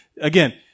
again